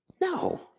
No